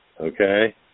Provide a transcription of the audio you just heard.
Okay